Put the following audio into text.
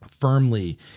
firmly